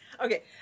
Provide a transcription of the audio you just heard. Okay